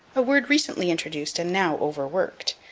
a word recently introduced and now overworked,